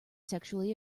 sexually